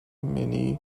many